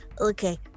Okay